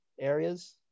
areas